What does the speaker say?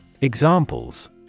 Examples